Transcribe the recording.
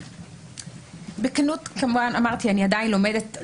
בכנות, אני עדיין לומדת.